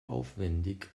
aufwendig